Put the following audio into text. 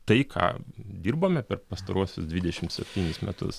tai ką dirbome per pastaruosius dvidešim septynis metus